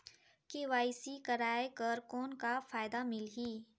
KYC कराय कर कौन का फायदा मिलही?